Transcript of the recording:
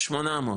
800,